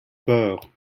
peur